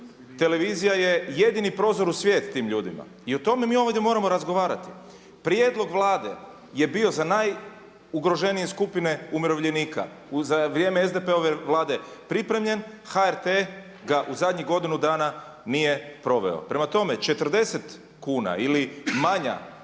televizija je jedini prozor u svijet tim ljudima. I o tome mi ovdje moramo razgovarati. Prijedlog Vlade je bio za najugroženije skupine umirovljenika za vrijeme SDP-ove Vlade pripremljen, HRT ga u zadnjih godinu dana nije proveo. Prema tome, 40 kuna ili manja